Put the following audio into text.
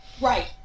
Right